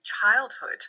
childhood